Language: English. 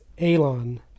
Alon